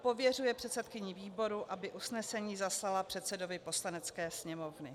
Pověřuje předsedkyni výboru, aby usnesení zaslala předsedovi Poslanecké sněmovny.